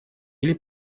или